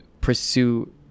pursue